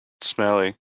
smelly